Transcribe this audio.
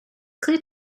clear